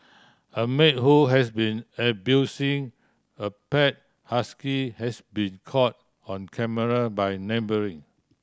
a maid who has been abusing a pet husky has been caught on camera by neighbouring